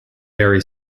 barry